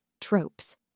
Tropes